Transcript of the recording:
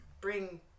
bring